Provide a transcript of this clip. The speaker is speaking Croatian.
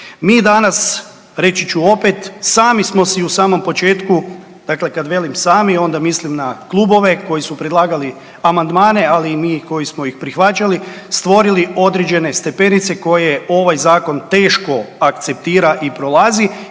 Mi danas reći ću opet, sami smo si u samom početku, dakle kad velim sami onda mislim na klubove koji su predlagali amandmane ali i mi koji smo ih prihvaćali stvorili određene stepenice koje ovaj zakon teško akceptira i prolazi